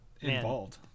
involved